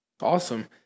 awesome